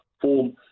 form